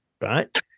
right